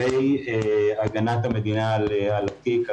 בעניין הגנת המדינה על התיק,